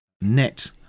net